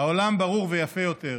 העולם ברור ויפה יותר.